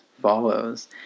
follows